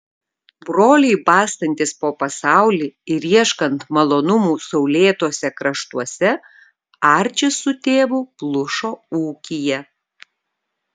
broliui bastantis po pasaulį ir ieškant malonumų saulėtuose kraštuose arčis su tėvu plušo ūkyje